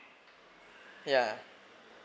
yeah